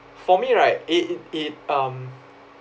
for me right i~ it it um